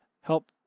help